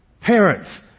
Parents